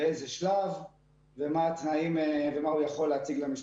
באיזה שלב ומה הוא יכול להציג למשפחות.